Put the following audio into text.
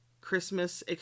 Christmas